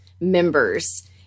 members